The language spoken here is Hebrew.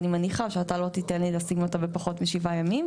אני מניחה שאתה לא תיתן לי לשים אותה בפחות משבעה ימים,